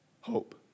hope